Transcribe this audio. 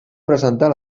presentar